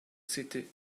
city